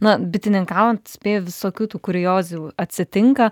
na bitininkaujant spėju visokių tų kuriozų atsitinka